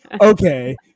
okay